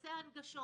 נושא ההנגשות